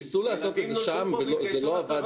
ניסינו לעשות את זה שם וזה לא עבד.